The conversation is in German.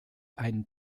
einen